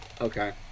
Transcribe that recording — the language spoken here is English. Okay